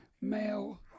male